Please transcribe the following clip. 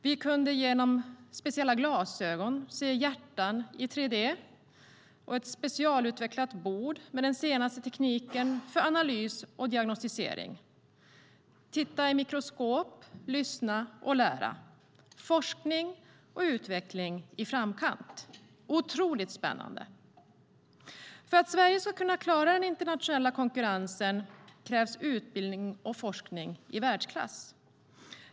Vi kunde genom speciella glasögon se hjärtan i 3D och ett specialutvecklat bord med den senaste tekniken för analys och diagnostisering, titta i mikroskop, lyssna och lära. Det var forskning och utveckling i framkant - otroligt spännande! För att Sverige ska kunna klara den internationella konkurrensen krävs utbildning och forskning i världsklass.